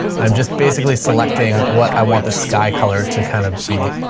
i'm just basically selecting what i want the sky color to kind of be.